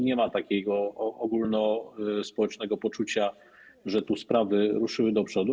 Nie ma takiego ogólnospołecznego poczucia, że te sprawy ruszyły do przodu.